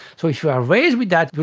so if you are raised with that,